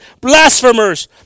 blasphemers